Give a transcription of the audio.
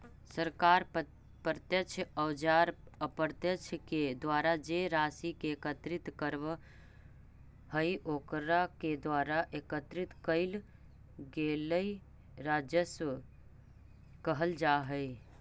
सरकार प्रत्यक्ष औउर अप्रत्यक्ष के द्वारा जे राशि के एकत्रित करवऽ हई ओकरा के द्वारा एकत्रित कइल गेलई राजस्व कहल जा हई